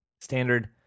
standard